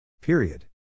Period